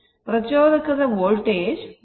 ಪ್ರಚೋದಕದ voltage VL Ldi dt ಆಗಿರುತ್ತದೆ